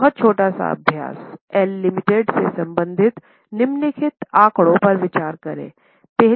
एक बहुत छोटा सा अभ्यास एल लिमिटेड से संबंधित निम्नलिखित आंकड़ों पर विचार करें